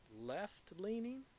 left-leaning